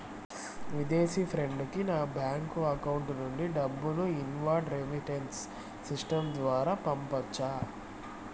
విదేశీ ఫ్రెండ్ కి నా బ్యాంకు అకౌంట్ నుండి డబ్బును ఇన్వార్డ్ రెమిట్టెన్స్ సిస్టం ద్వారా పంపొచ్చా?